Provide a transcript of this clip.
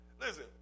Listen